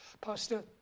Pastor